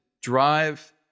drive